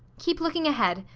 keep looking ahead.